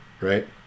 right